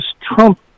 Trump